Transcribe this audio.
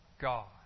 God